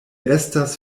estas